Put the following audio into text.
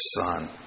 son